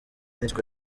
nitwe